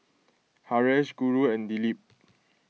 Haresh Guru and Dilip